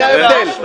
זה ההבדל.